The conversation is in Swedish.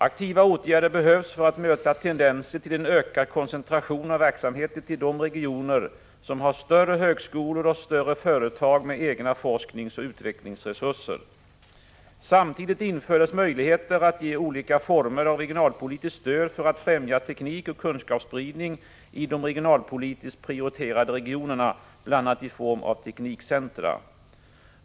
Aktiva åtgärder behövs för att möta tendenser till en ökad koncentration av verksamheter till de regioner som har större högskolor och större företag med egna forskningsoch utvecklingsre Surser. Samtidigt infördes möjligheter att ge olika former av regionalpolitiskt stöd för att främja teknikoch kunskapsspridning i de regionalpolitiskt prioriterade regionerna, bl.a. i form av teknikcentra.